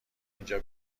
اینجا